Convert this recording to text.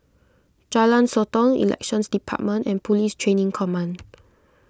Jalan Sotong Elections Department and Police Training Command